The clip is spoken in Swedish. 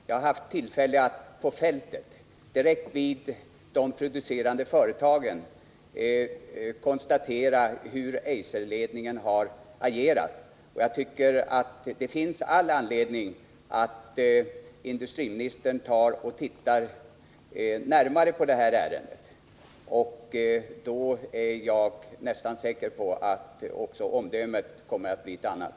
Jag har haft tillfälle att på fältet, direkt vid de producerande företagen, konstatera hur Eiserledningen har agerat. Det finns all anledning att industriministern tittar närmare på det här ärendet. Då är jag nästan säker på att också hans omdöme kommer att bli ett annat.